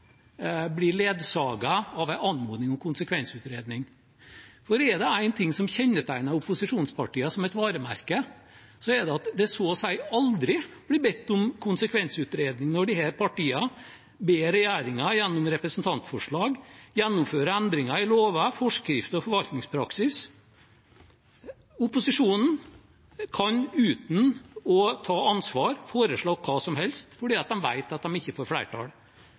blir ledsaget av en anmodning om konsekvensutredning. For er det én ting som kjennetegner opposisjonspartiene som et varemerke, er det at det så å si aldri blir bedt om konsekvensutredning når disse partiene ber regjeringen gjennom representantforslag gjennomføre endringer i lover, forskrifter og forvaltningspraksis. Opposisjonen kan – uten å ta ansvar – foreslå hva som helst fordi de vet at de ikke får flertall.